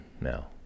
now